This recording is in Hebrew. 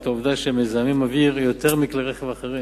העובדה שהם מזהמים אוויר יותר מכלי רכב אחרים.